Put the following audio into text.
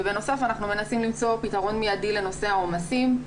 ובנוסף אנחנו מנסים למצוא פתרון מידי לנושא העומסים.